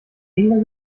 ingwer